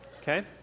Okay